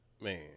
Man